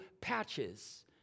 patches